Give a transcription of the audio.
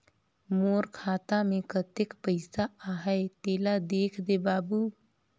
मोर खाता मे कतेक पइसा आहाय तेला देख दे बाबु?